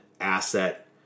asset